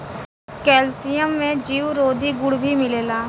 calcium में जीवरोधी गुण भी मिलेला